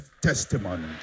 testimony